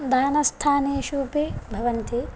दानस्थानेषु अपि भवन्ति